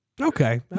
Okay